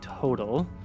total